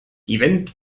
event